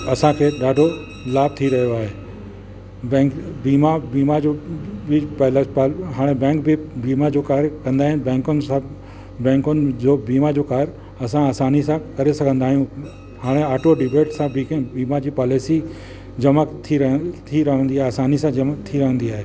असांखे ॾाढो लाभ थी रहियो आहे बैंक बीमा बीमा जो बि पा हाणे बैंक बि बीमा जो कार्य कंदा आहिनि बैंकुनि सां बैंकुनि जो बीमा जो कार्य असां आसानीअ सां करे सघंदा आहियूं हाणे ऑटो दिबेट सां बीमा जी पॉलिसी जमा थी रहनि थी रहंदी आहे आसानीअ सां जमा थी रहंदी आहे